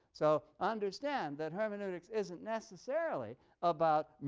so understand that hermeneutics isn't necessarily about,